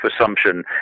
assumption